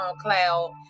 cloud